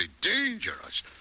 dangerous